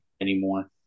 anymore